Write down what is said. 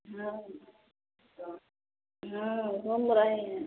हाँ घूम रहे हैं